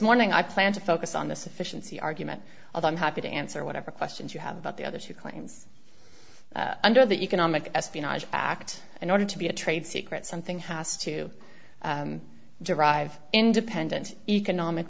morning i plan to focus on the sufficiency argument of i'm happy to answer whatever questions you have about the other two claims under the economic espionage act in order to be a trade secret something has to derive independent economic